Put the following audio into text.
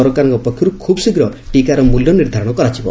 ସରକାରଙ୍କ ପକ୍ଷରୁ ଖୁବ୍ ଶୀଘ୍ର ଟିକାର ମୂଲ୍ୟ ନିର୍ଦ୍ଧାରଣ କରାଯିବ